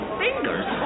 fingers